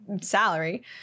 salary